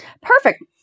perfect